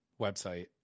website